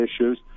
issues